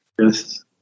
Yes